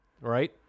Right